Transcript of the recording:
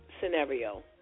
scenario